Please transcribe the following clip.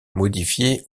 modifié